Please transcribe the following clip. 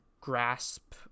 grasp